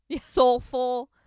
soulful